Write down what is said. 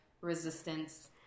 resistance